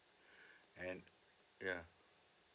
and yeah